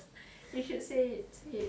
you should say it say it